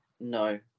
No